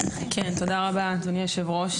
אדוני היושב-ראש,